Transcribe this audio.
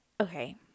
okay